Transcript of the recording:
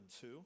two